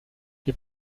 les